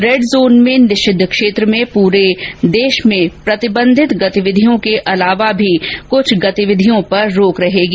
red zone में निषिद्व क्षेत्र में पूरे देश में प्रतिबंधित गतिविधियों के अलावा भी कुछ गतिविधियों पर रोक रहेगी